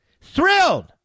Thrilled